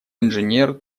инженер